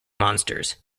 monsters